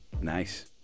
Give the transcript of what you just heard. Nice